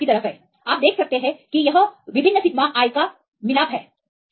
यह बाएँ हाथ की तरफ है आप देख सकते हैं कि यह विभिन्न सिग्मा i का संयोजन है